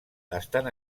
estan